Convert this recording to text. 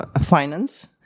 finance